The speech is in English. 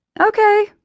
Okay